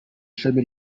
ishami